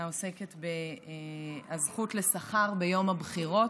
העוסקת בזכות לשכר ביום הבחירות.